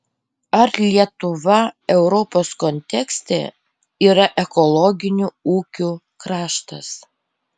ar lietuva europos kontekste yra ekologinių ūkių kraštas